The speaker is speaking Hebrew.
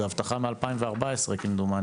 זאת הבטחה מ-2014 כמדומני.